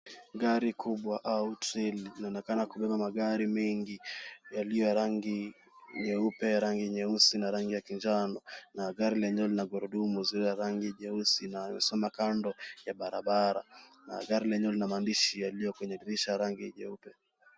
Gari kubwa au treli inaonekana kubeba magari mengi yaliyo ya rangi nyeupe ya rangi nyeusi na rangi kinjano na gari lenyewe lina gurudumu usio wa rangi nyeusi na unasimama kando ya barabara na gari lenyewe lina mahandishi yaliyo kwenye dirisha ya rangi jeupe.